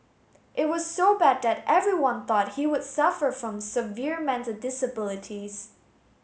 it was so bad that everyone thought he would suffer from severe mental disabilities